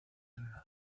general